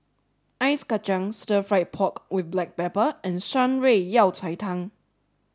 Ice Kacang Stir Fried Pork with Black Pepper and Shan Rui Yao Cai Tang